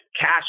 cash